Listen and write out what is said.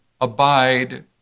abide